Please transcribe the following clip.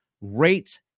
rate